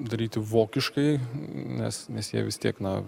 daryti vokiškai nes nes jie vis tiek na